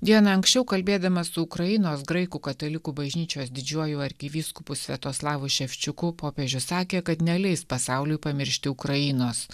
dieną anksčiau kalbėdamas su ukrainos graikų katalikų bažnyčios didžiuoju arkivyskupu sviatoslavu ševčiuku popiežius sakė kad neleis pasauliui pamiršti ukrainos